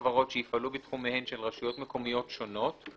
חברות שיפעלו בתחומיהן של רשויות מקומיות שונות,